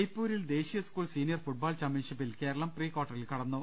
ജയ്പ്പൂരിൽ ദേശീയ school senior football ചാമ്പൃൻഷിപ്പിൽ കേരളം പ്രീകാർട്ടറിൽ കടന്നു